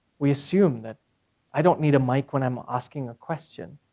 we assume that i don't need a mic when i'm asking a question,